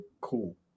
Cool